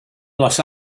los